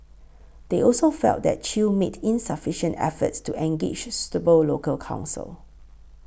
they also felt that Chew made insufficient efforts to engage suitable local counsel